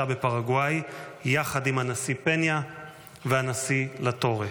בפרגוואי יחד עם הנשיא פניה והנשיא לטורה.